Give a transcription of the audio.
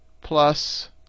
plus